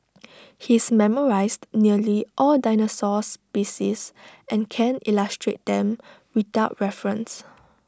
he's memorised nearly all dinosaur species and can illustrate them without references